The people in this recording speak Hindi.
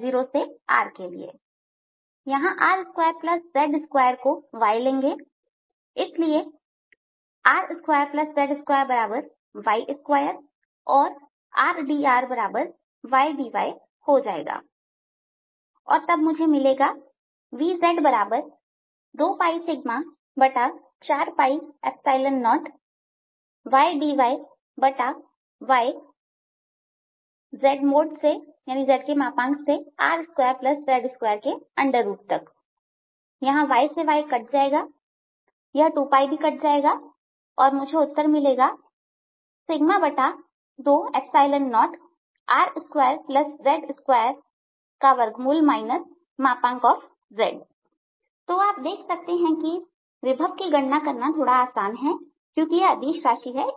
drr2z2 यहां r2z2y लेंगे इसलिए r2z2 y2और r dry dy हो जाएगा और तब मुझे मिलेगा V2πσ40zr2z2 y dyy यहां y से y कट जाएगा यह 2 भी कट जाएगा और मुझे उत्तर मिलेगा 20R2z2 z तो आप देखते हैं कि इस विभव की गणना थोड़ी आसान है क्योंकि यह अदिश राशि है